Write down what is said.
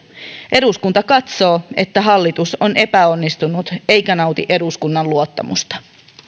eduskunta katsoo että hallitus on epäonnistunut eikä nauti eduskunnan luottamusta